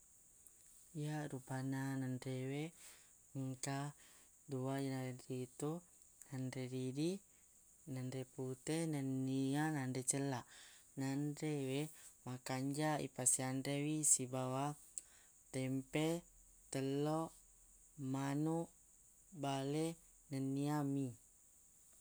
Iya rupanna nanre we engka dua yinanritu nanre ridi nanre pute nennia nanre cella nanre ye makanjaq ipasianrewi sibawa tempe telloq manuq bale nennia mi.